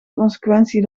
consequentie